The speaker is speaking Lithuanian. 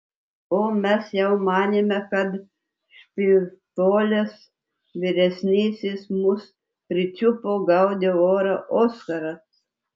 o mes jau manėme kad špitolės vyresnysis mus pričiupo gaudė orą oskaras